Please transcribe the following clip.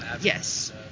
Yes